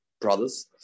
brothers